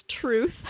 truth